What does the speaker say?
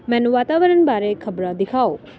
ਮੈਨੂੰ ਵਾਤਾਵਰਨ ਬਾਰੇ ਖ਼ਬਰਾਂ ਦਿਖਾਓ